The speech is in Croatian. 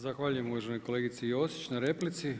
Zahvaljujem uvaženoj kolegici Josić na replici.